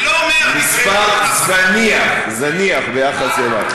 אני לא אומר --- מספר זניח, זניח ביחס אלינו.